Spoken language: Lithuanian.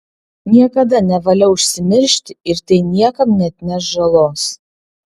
niekada nevalia užsimiršti ir tai niekam neatneš žalos